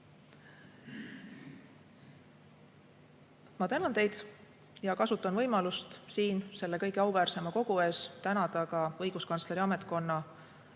Ma tänan teid ja kasutan võimalust siin selle kõige auväärsema kogu ees tänada ka õiguskantsleri ametkonna